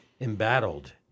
embattled